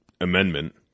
amendment